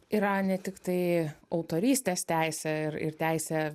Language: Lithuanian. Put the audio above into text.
yra ne tiktai autorystės teisė ir ir teisė